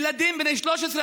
ילדים בני 13,